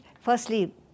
firstly